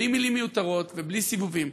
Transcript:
בלי מילים מיותרות ובלי סיבובים,